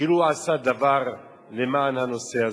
כאילו הוא עשה דבר למען הנושא הזה.